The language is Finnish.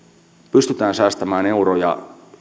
pystymme säästämään euroja